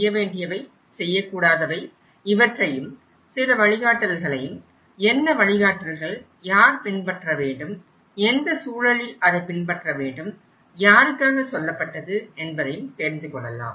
செய்ய வேண்டியவை செய்யக் கூடாதவை இவற்றையும் சில வழிகாட்டல்களையும் என்ன வழிகாட்டல்கள் யார் பின்பற்ற வேண்டும் எந்த சூழலில் அதை பின்பற்ற வேண்டும் யாருக்காக சொல்லப்பட்டது என்பதை தெரிந்துகொள்ளலாம்